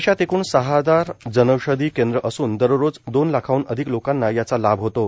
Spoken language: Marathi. देशात एक्ण सहा हजार जनौषधी केंद्रे असून दररोज दोन लाखाहन अधिक लोकांना याचा लाभ होतो